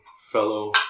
fellow